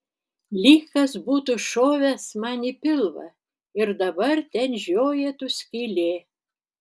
lyg kas būtų šovęs man į pilvą ir dabar ten žiojėtų skylė